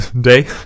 day